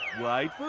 white food,